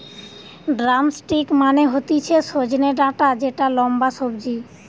drumstick মানে হতিছে সজনে ডাটা যেটা লম্বা সবজি